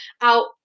out